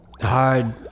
hard